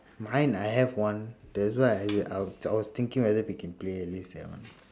mine I have one that's why I I was I was thinking whether we can play at least that one